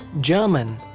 German